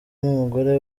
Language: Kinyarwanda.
n’umugore